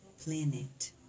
planet